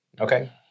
Okay